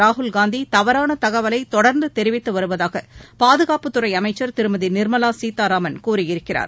ராகுல் காந்திதவறானதகவலைதொடர்ந்துதெரிவித்துவருவதாகபாதுகாப்புத்துறைஅமைச்சர் திருமதி நிர்மவாசீத்தாராமன் கூறியிருக்கிறார்